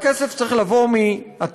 הכסף צריך לבוא מהטייקונים,